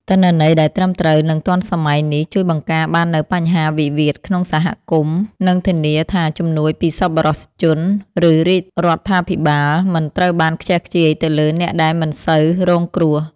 ទិន្នន័យដែលត្រឹមត្រូវ និងទាន់សម័យនេះ ជួយបង្ការបាននូវបញ្ហាវិវាទក្នុងសហគមន៍ និងធានាថាជំនួយពីសប្បុរសជន ឬរាជរដ្ឋាភិបាល មិនត្រូវបានខ្ជះខ្ជាយទៅលើអ្នកដែលមិនសូវរងគ្រោះ។